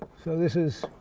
so this is